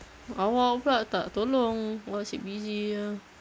awak pula tak tolong awak asyik busy jer